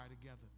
together